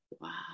wow